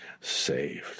saved